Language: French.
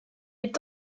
est